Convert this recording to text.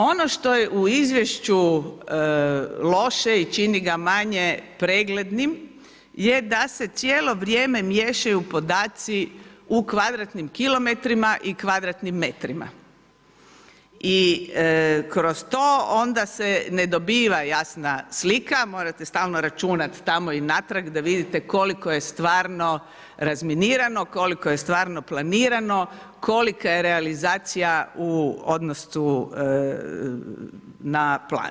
Ono što je u izvješću loše i čini ga manje preglednim je da cijelo vrijeme miješaju podaci u kvadratnim kilometrima i kvadratnim metrima i kroz to onda se ne dobiva jasna slika, morate stalno računati tamo i natrag da vidite koliko je stvarno razminirano, koliko je stvarno planirano, kolika je realizacija u odnosu na plan.